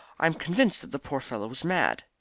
i am convinced that the poor fellow was mad.